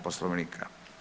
Poslovnika.